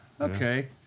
Okay